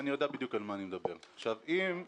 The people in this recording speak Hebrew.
אדוני היושב-ראש,